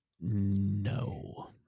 no